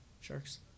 Sharks